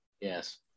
Yes